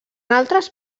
altres